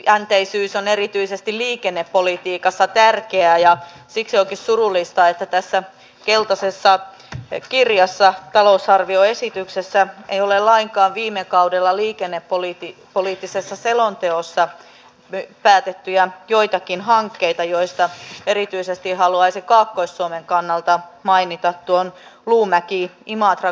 pitkäjänteisyys on erityisesti liikennepolitiikassa tärkeää ja siksi onkin surullista että tässä keltaisessa kirjassa talousarvioesityksessä ei ole lainkaan viime kaudella liikennepoliittisessa selonteossa päätettyjä joitakin hankkeita joista erityisesti haluaisin kaakkois suomen kannalta mainita tuon luumäkiimatrakaksoisraiteen